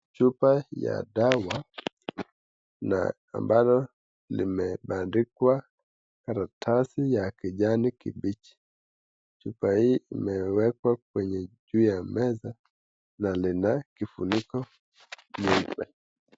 Chupa ya dawa na ambalo limebandikwa karatasi ya kijani kibichi. Chupa hii imewekwa kwenye juu ya meza na linakifuniko jeupe